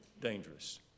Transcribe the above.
dangerous